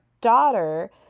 daughter